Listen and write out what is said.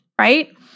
right